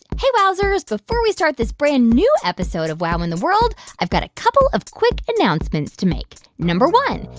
hey, wowzers. before we start this brand-new episode of wow in the world, i've got a couple of quick announcements to make. number one,